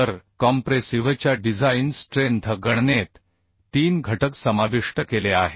तर कॉम्प्रेसिव्हच्या design strength गणनेत तीन घटक समाविष्ट केले आहेत